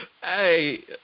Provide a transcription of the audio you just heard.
Hey